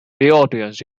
audience